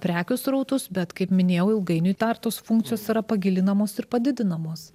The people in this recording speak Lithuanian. prekių srautus bet kaip minėjau ilgainiui dar tos funkcijos yra pagilinamos ir padidinamos